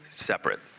Separate